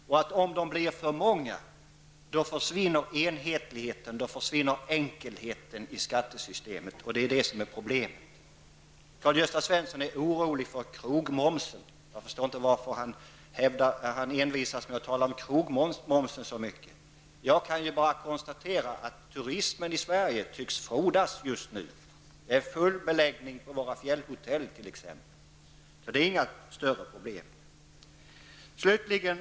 Om de blir för många försvinner enhetligheten och enkelheten i skattesystemet; det är problemet. Karl-Gösta Svenson är orolig för krogmomsen. Jag förstår inte varför han envisas med att tala så mycket om den. Själv kan jag konstatera att turismen i Sverige tycks frodas just nu. Det är full beläggning på t.ex. våra fjällhotell. Jag kan alltså inte se några problem på det området.